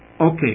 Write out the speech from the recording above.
Okay